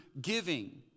giving